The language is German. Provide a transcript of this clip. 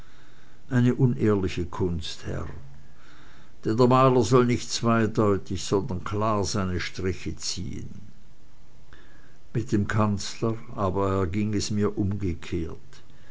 eine unehrliche kunst herr denn der maler soll nicht zweideutig sondern klar seine striche ziehen mit dem kanzler aber ging es mir umgekehrt